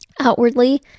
outwardly